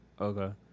Okay